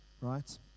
right